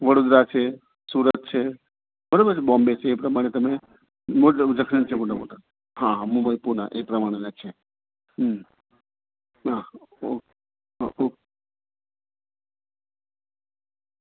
વડોદરા છે સુરત છે બરાબર છે બોમ્બે છે એ પ્રમાણે તમે મોટા મોટા હા મુંબઈ પુના એ પ્રમાણેના છે હા ઓકે ઓકે